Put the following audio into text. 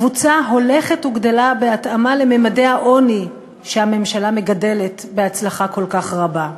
קבוצה הולכת וגדלה בהתאמה לממדי העוני שהממשלה מגדלת בהצלחה כל כך רבה.